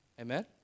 Amen